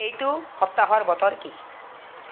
এইটো সপ্তাহৰ বতৰ কি